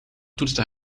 toetste